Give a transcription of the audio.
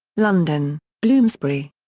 london bloomsbury.